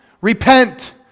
Repent